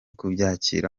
kubyakira